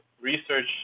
research